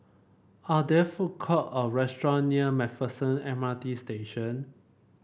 are there food court or restaurant near MacPherson M R T Station